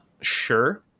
sure